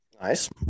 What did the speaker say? nice